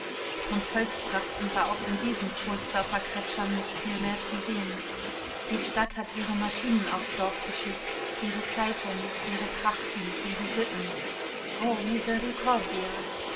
von volkstrachten war auch in diesem pohlsdorfer kretscham nicht viel mehr zu sehen die stadt hat ihre maschinen aufs dorf geschickt ihre zeitungen ihre trachten ihre sitten o